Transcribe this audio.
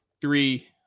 three